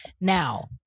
Now